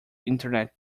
internet